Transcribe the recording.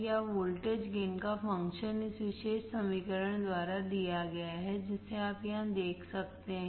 या voltage gain का function इस विशेष समीकरण द्वारा दिया गया है जिसे आप यहां देख सकते हैं